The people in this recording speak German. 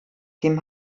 dem